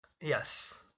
Yes